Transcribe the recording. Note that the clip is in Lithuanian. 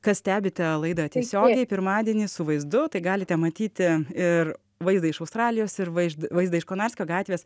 kas stebite laidą tiesiogiai pirmadienį su vaizdu tai galite matyti ir vaizdą iš australijos ir vaiš vaizdai iš konarskio gatvės